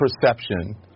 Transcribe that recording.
perception